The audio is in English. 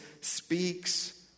speaks